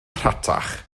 rhatach